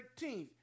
13